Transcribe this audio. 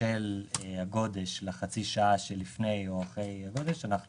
של הגודש לחצי שעה שלפני או אחרי הגודש אנחנו